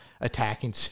attacking